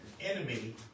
enemy